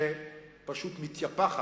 שפשוט מתייפחת.